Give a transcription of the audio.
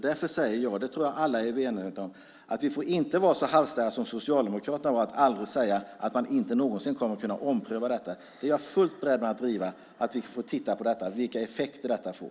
Därför säger jag - det tror jag att alla är medvetna om - att vi inte får vara så halsstarriga som Socialdemokraterna var och säga att man aldrig någonsin kommer att kunna ompröva detta. Jag är fullt beredd att driva att vi ska titta på vilka effekter detta får.